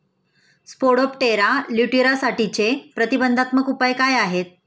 Spodoptera लिट्युरासाठीचे प्रतिबंधात्मक उपाय काय आहेत?